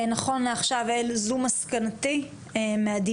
נכון לעכשיו זו מסקנתי מהדיון,